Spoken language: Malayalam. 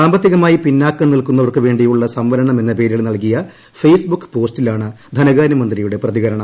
സാമ്പത്തികമായി പിന്നാക്കം നില്ക്കുന്നവർക്ക് വേണ്ടിയുള്ള സംവരണം എന്ന പേരിൽ നല്കിയ ഫെയ്സ്ബുക്ക് പോസ്റ്റിലാണ് ധനകാര്യമന്ത്രിയുടെ പ്രതികരണം